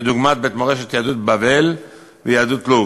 דוגמת בית מורשת יהדות בבל ומרכז מורשת יהדות לוב,